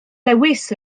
lewis